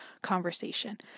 conversation